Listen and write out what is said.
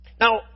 Now